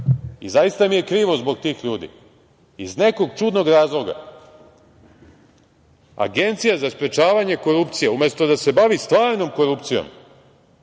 I zaista mi je krivo zbog tih ljudi. Iz nekog čudnog razloga Agencija za sprečavanje korupcije, umesto da se bavi stvarnom korupcijom